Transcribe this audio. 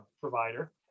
provider